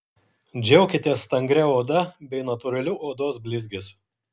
džiaukitės stangria oda bei natūraliu odos blizgesiu